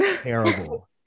Terrible